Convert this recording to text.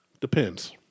Depends